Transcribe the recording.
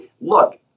Look